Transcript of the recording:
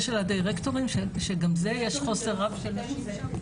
הדירקטורים שגם בזה יש חוסר רב של נשים?